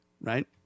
Right